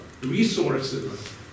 resources